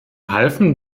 halfen